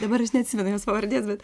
dabar aš neatsimenu jos pavardės bet